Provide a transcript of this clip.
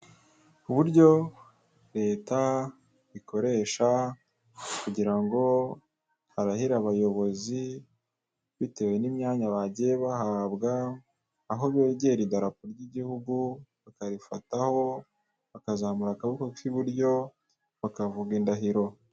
Uburyo leta ikoresha kugira ngo harahire abayobozi bitewe n'imyanya bagiye bahabwa aho begera idarapo ry'igihugu bakarifataho, bakazamura akaboko k'iburyo bakavuga indahiro.